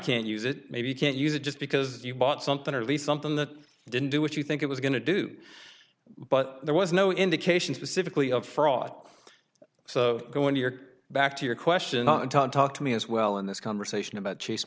can't use it maybe you can't use it just because you bought something or lease something that didn't do what you think it was going to do but there was no indication specifically a fraud so going back to your question tom talk to me as well in this conversation about chase